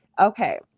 Okay